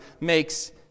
makes